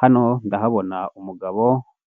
Hano ndahabona umugabo